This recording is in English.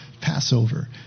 Passover